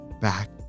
Back